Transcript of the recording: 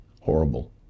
horrible